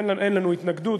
אין לנו התנגדות,